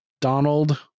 Donald